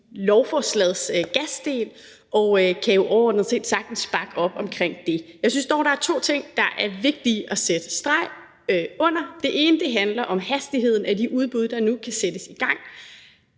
lovforslagets gasdel, og kan jo overordnet set sagtens bakke op omkring det. Jeg synes dog, der er to ting, der er vigtige at sætte streg under. Den ene handler om hastigheden af de udbud, der nu kan sættes i gang.